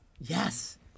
Yes